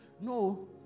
No